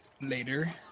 later